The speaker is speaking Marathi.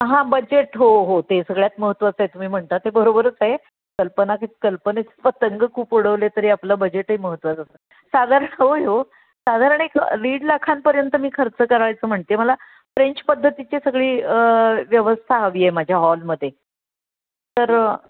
हां बजेट हो हो ते सगळ्यात महत्त्वाचं आहे तुम्ही म्हणता ते बरोबरच आहे कल्पना कल्पनेत पतंग खूप उडवले तरी आपलं बजेटही महत्त्वाचं असतं साधारण होय हो साधारण एक दीड लाखांपर्यंत मी खर्च करायचं म्हणते आहे मला फ्रेंच पद्धतीचे सगळी व्यवस्था हवी आहे माझ्या हॉलमध्ये तर